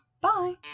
bye